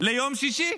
ליום שישי.